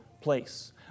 place